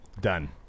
Done